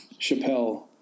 Chappelle